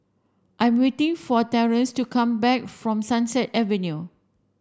I am waiting for Terrance to come back from Sunset Avenue